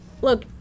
Look